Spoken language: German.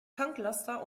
tanklaster